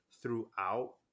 throughout